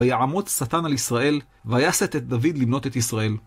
ויעמוד שטן על ישראל, ויסט את דוד למנות את ישראל.